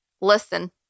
listen